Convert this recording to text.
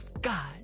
God